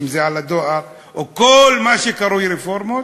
אם על הדואר או כל מה שקרוי רפורמות,